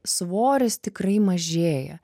svoris tikrai mažėja